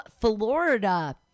Florida